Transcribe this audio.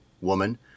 woman